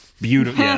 beautiful